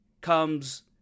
comes